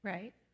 Right